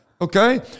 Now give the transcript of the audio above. Okay